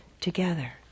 together